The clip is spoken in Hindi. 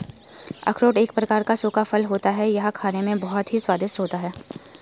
अखरोट एक प्रकार का सूखा फल होता है यह खाने में बहुत ही स्वादिष्ट होता है